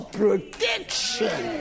protection